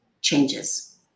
changes